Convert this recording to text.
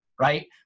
right